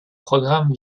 programmes